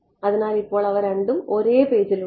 അതിനാൽ ഇപ്പോൾ അവ രണ്ടും ഒരേ പേജിൽ ഉണ്ട്